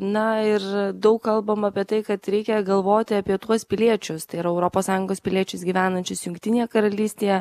na ir daug kalbama apie tai kad reikia galvoti apie tuos piliečius tai yra europos sąjungos piliečius gyvenančius jungtinėje karalystėje